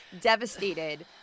Devastated